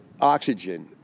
oxygen